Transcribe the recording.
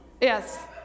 Yes